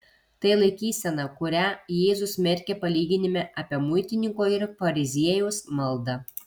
tai laikysena kurią jėzus smerkia palyginime apie muitininko ir fariziejaus maldą